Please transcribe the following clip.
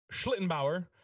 Schlittenbauer